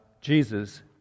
Jesus